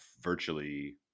virtually